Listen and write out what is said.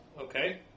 Okay